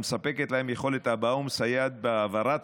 המספקת להם יכולת הבעה ומסייעת בהעברת